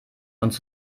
uns